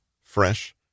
fresh